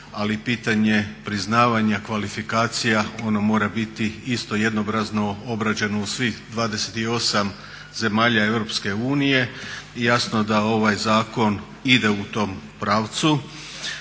ali pitanje priznavanja kvalifikacija ono mora biti isto jednoobrazno obrađeno u svih 28 zemalja EU i jasno da ovaj zakon ide u tom pravcu